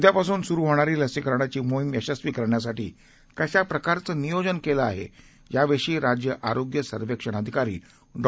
उदयापासून सुरु होणारी लसीकरणाची मोहीम यशस्वी करण्यासाठी कशा प्रकारचं नियोजन केलं आहे याविषयी राज्य आरोग्य सर्वेक्षण अधिकारी डॉ